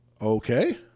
Okay